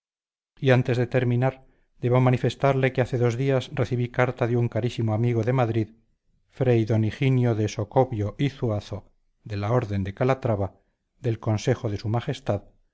y antes de terminar debo manifestarle que hace dos días recibí carta de un carísimo amigo de madrid frey d higinio de socobio y zuazo de la orden de calatrava del consejo de s